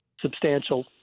substantial